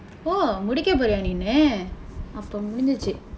oh முடிக்க போறியா நீன்னு அப்போ முடிஞ்சுச்சு:mudikka poriyaa ninnu appo mudinjsuchsu